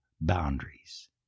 boundaries